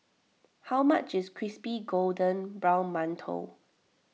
how much is Crispy Golden Brown Mantou